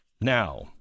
Now